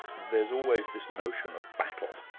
there's always this notion of battle.